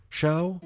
Show